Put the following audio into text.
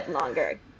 longer